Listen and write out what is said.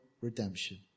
redemption